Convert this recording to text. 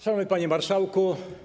Szanowny Panie Marszałku!